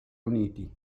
uniti